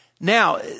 Now